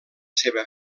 seva